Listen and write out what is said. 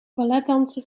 balletdanser